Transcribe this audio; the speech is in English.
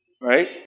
right